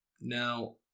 Now